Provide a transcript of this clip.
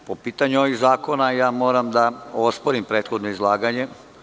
Po pitanju ovih zakona, moram da osporim prethodno izlaganje.